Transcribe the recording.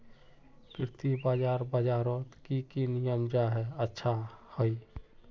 कृषि बाजार बजारोत की की नियम जाहा अच्छा हाई?